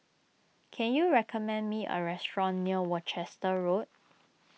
can you recommend me a restaurant near Worcester Road